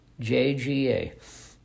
JGA